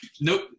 Nope